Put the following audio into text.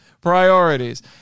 Priorities